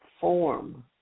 form